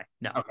No